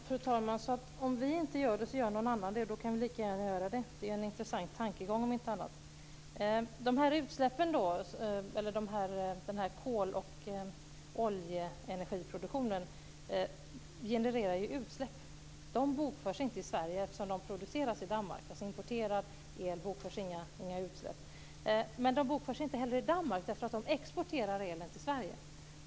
Fru talman! Om vi inte gör det kan någon annan göra det. Därmed kan vi lika gärna själva göra det - ja, om inte annat så är det är en intressant tankegång. Den här kol och oljeenergiproduktionen genererar dock utsläpp. Dessa bokförs inte i Sverige eftersom de produceras i Danmark. För importerad el bokförs alltså inga utsläpp. De bokförs inte heller i Danmark eftersom danskarna exporterar elen till Sverige.